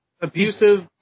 Abusive